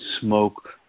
smoke